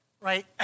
right